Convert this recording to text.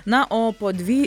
na o po dvy